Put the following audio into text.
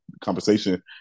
conversation